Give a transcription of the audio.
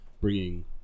bringing